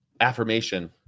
affirmation